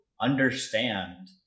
understand